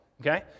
Okay